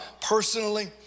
personally